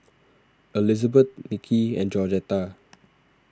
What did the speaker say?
Elizabeth Nicky and Georgetta